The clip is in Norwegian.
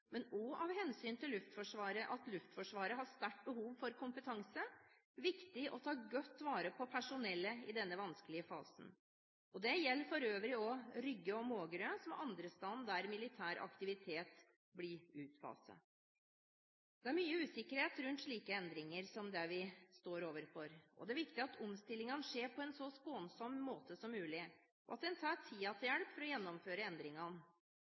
men også av hensyn til at Luftforsvaret har et sterkt behov for kompetanse – å ta godt vare på personellet i denne vanskelige fasen. Det gjelder for øvrig også Rygge og Mågerø, som er andre steder hvor militær aktivitet blir utfaset. Det er mye usikkerhet rundt slike endringer som det vi står overfor, og det er viktig at omstillingene skjer på en så skånsom måte som mulig, og at en tar tiden til hjelp for å gjennomføre endringene.